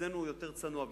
אצלנו הוא יותר צנוע.